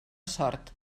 sort